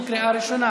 2020, לקריאה ראשונה.